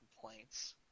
complaints